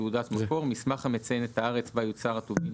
"תעודת מקור" מסמך המציין את הארץ בה יוצר הטובין,